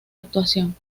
actuación